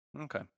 okay